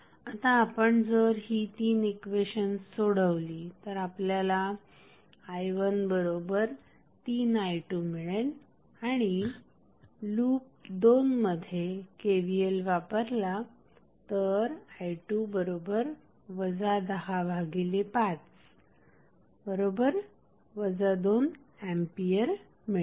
आता आपण जर ही तीन इक्वेशन्स सोडवली तर आपल्याला i13i2 मिळेल आणि लूप 2 मध्ये KVL वापरला तर i2 105 2A मिळेल